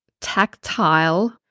tactile